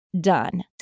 done